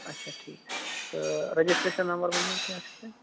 اچھا ٹھیٖک تہٕ رجِسٹرٛیشَن نمبر ؤنِو کیٚنٛہہ چھُ تۄہہِ